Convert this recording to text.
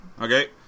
okay